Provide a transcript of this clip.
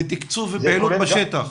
לתקצוב פעילות בשטח?